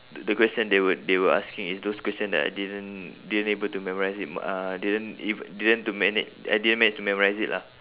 the the question they were they were asking is those question that I didn't didn't able to memorise it mu~ uh didn't ev~ didn't to mana~ I didn't manage to memorise it lah